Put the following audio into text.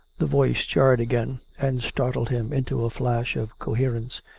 the voice jarred again and startled him into a flash of coherence.